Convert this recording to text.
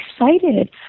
excited